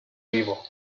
vivo